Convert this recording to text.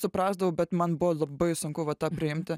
suprasdavau bet man buvo labai sunku va ta priimti